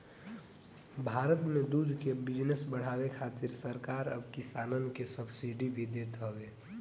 भारत में दूध के बिजनेस के बढ़ावे खातिर सरकार अब किसानन के सब्सिडी भी देत हवे